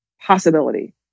possibility